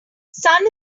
sun